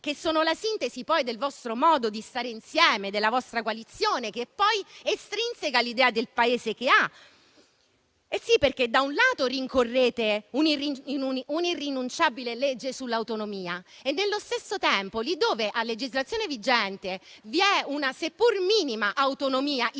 che sono la sintesi del vostro modo di stare insieme e della vostra coalizione, che poi estrinsecano l'idea del Paese che avete. Da un lato, rincorrete un'irrinunciabile legge sull'autonomia e, nello stesso tempo, lì dove a legislazione vigente vi è una seppur minima autonomia in